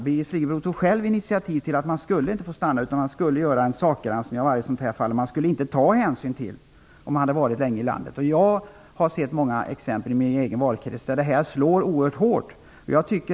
Birgit Friggebo tog själv initiativ till att människor inte skulle få stanna utan att en sakgranskning av varje sådant fall hade gjorts. Det skulle inte tas hänsyn till att människorna hade varit länge i landet. Jag har sett många exempel i min egen valkrets på att detta slår oerhört hårt.